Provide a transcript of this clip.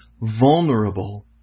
vulnerable